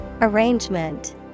Arrangement